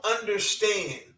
understand